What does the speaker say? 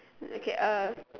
okay uh